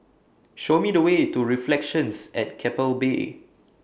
Show Me The Way to Reflections At Keppel Bay